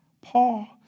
Paul